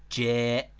j.